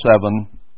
seven